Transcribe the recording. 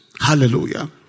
Hallelujah